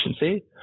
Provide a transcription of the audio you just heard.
efficiency